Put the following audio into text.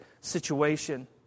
situation